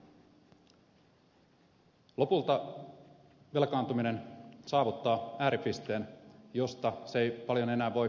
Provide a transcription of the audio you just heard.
lopulta velkaantuminen saavuttaa ääripisteen josta se ei paljon enää voi eteenpäin mennä